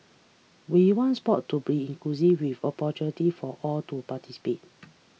we want sport to be inclusive with opportunities for all to participate